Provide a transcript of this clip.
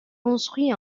construit